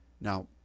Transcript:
Now